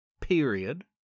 period